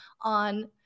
on